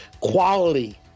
quality